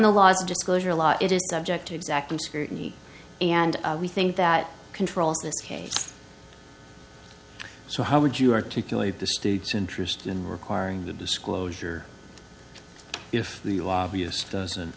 is subject to exactly scrutiny and we think that controls this case so how would you articulate the state's interest in requiring the disclosure if the lobbyist doesn't